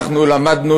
אנחנו למדנו,